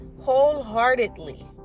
Wholeheartedly